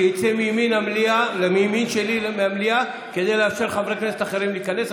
שיצא מהמליאה מצד ימין שלי כדי לאפשר לחברי כנסת אחרים להיכנס.